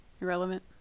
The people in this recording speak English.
Irrelevant